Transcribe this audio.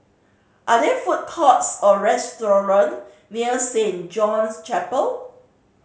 are there food courts or restaurant near Saint John's Chapel